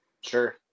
sure